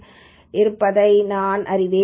names இருப்பதை நான் அறிவேன்